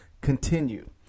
Continue